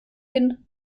hin